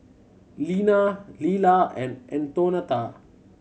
Lina Lela and Antonetta